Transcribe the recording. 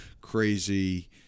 crazy